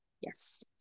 yes